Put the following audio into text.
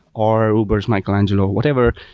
or uber s michelangelo, whatever,